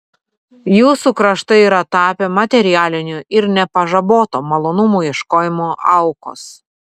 jūsų kraštai yra tapę materialinio ir nepažaboto malonumų ieškojimo aukos